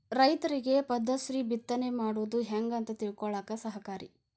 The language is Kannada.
ರೈತರಿಗೆ ಹದಸರಿ ಬಿತ್ತನೆ ಮಾಡುದು ಹೆಂಗ ಅಂತ ತಿಳಕೊಳ್ಳಾಕ ಸಹಾಯಕಾರಿ